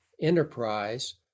enterprise